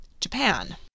Japan